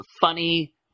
funny